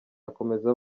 akomeza